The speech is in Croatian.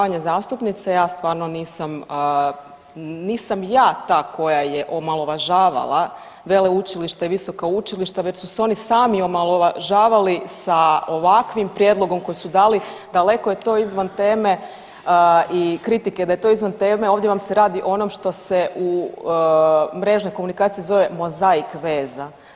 238., omalovažavanje zastupnice ja stvarno nisam, nisam ja ta koja je omalovažavala veleučilište i visoka učilišta već su se oni sami omalovažavali sa ovakvim prijedlogom koji su dali, daleko je to izvan teme i kritike da je to izvan teme, ovdje vam se radi o onom što se u mrežnoj komunikaciji zove mozaik veza.